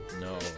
No